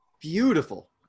beautiful